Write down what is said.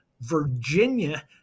Virginia